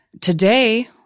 Today